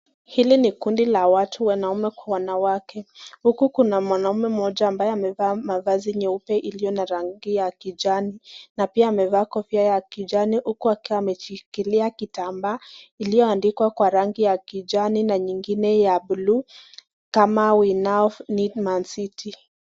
Hili ni kundi la watu wanaume kwa wanawake. Huku kuna mwanaume mmoja ambaye amevaa mavazi nyeupe iliyo na rangi ya kijani na pia amevaa kofia ya kijani huku akiwa ameshikilia kitambaa iliyoandikwa kwa rangi ya kijani na ingine ya buluu kama we now need mancity .